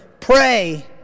pray